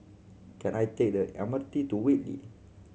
can I take the M R T to Whitley